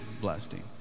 blasting